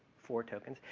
four tokens.